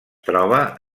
troba